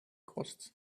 costs